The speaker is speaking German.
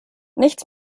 nichts